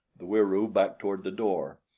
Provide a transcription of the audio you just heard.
the wieroo backed toward the door.